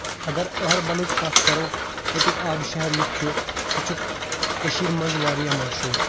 اَگر أہربلٕچ کَتھ کرو اَتیُک آبہٕ شہر یُس چھُ سُہ چھُ کٔشیٖر منٛز واریاہ مشہوٗر